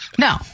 No